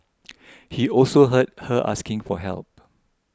he also heard her asking for help